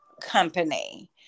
Company